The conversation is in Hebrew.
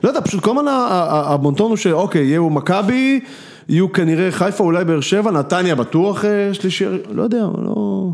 לא יודע, פשוט כל הזמן, הבון טון הוא שאוקיי, יהיו מכבי, יהיו כנראה חיפה אולי באר שבע, נתניה בטוח שלישי, לא יודע, לא...